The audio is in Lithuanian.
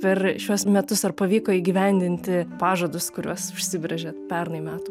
per šiuos metus ar pavyko įgyvendinti pažadus kuriuos užsibrėžėt pernai metų